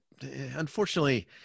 unfortunately